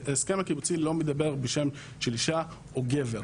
ההסכם הקיבוצי לא מדבר בשם של אישה או גבר.